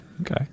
Okay